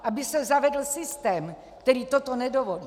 Aby se zavedl systém, který toto nedovolí!